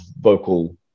vocal